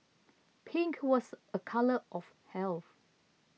pink was a colour of health